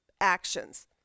actions